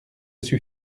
suis